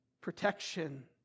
protection